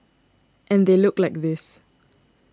and they look like this